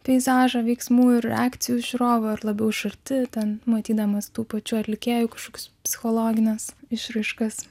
peizažą veiksmų ir reakcijų žiūrovą ar labiau iš arti ten matydamas tų pačių atlikėjų kažkokias psichologines išraiškas